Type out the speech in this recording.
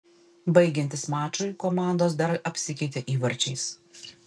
baigiantis mačui komandos dar apsikeitė įvarčiais